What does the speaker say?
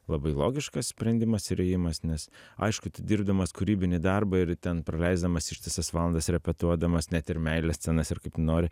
labai logiškas sprendimas ir ėjimas nes aišku tu dirbdamas kūrybinį darbą ir ten praleisdamas ištisas valandas repetuodamas net ir meilės scenas ir kaip nori